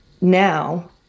now